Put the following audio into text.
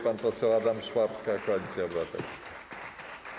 Pan poseł Adam Szłapka, Koalicja Obywatelska.